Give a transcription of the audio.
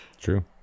True